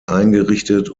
eingerichtet